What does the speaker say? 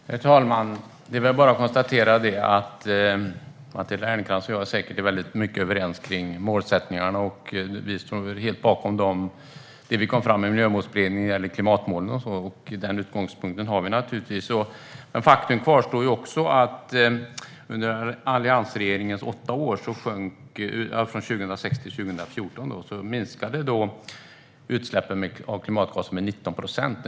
Herr talman! Det är väl bara att konstatera att Matilda Ernkrans och jag säkert är mycket överens om målen. Vi står helt bakom vad vi kom fram till i Miljömålsberedningen i fråga om klimatmålen. Den utgångspunkten har vi naturligtvis. Faktum kvarstår att under alliansregeringens åtta år, 2006-2014, minskade utsläppen av klimatgaser med 19 procent.